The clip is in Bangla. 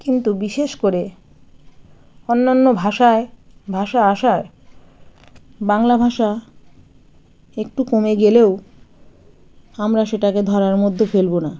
কিন্তু বিশেষ করে অন্যান্য ভাষায় ভাষা আসার বাংলা ভাষা একটু কমে গেলেও আমরা সেটাকে ধরার মধ্যে ফেলবো না